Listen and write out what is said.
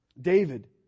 David